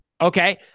okay